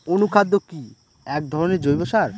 অনুখাদ্য কি এক ধরনের জৈব সার?